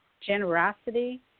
generosity